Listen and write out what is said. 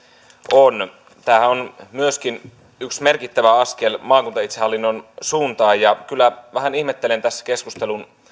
on tämähän on myöskin yksi merkittävä askel maakuntaitsehallinnon suuntaan kyllä vähän ihmettelen tässä keskustelun